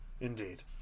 indeed